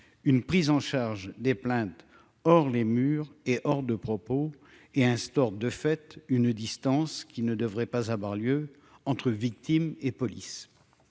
une prise en charge des plaintes hors les murs et hors de propos et instaure de fait une distance qui ne devrait pas avoir lieu entre victimes et police